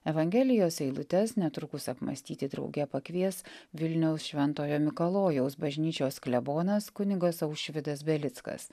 evangelijos eilutes netrukus apmąstyti drauge pakvies vilniaus šventojo mikalojaus bažnyčios klebonas kunigas aušvydas belickas